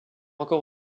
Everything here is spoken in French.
encore